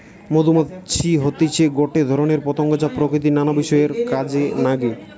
মধুমাছি হতিছে গটে ধরণের পতঙ্গ যা প্রকৃতির নানা বিষয় কাজে নাগে